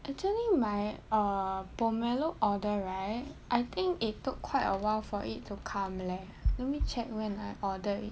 acctually my err Pomelo order right I think it took quite awhile for it to come leh let me check when I ordered it